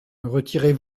retirez